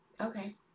Okay